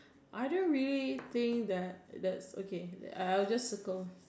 I don't read things that that okay I'll just circle